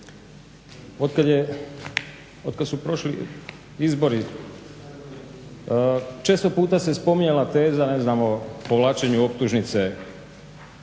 od kad su prošli izbori često puta se spominjala teza, ne znam o povlačenju optužnice